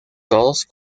todos